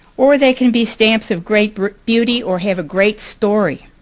or they can be stamps of great beauty, or have a great story.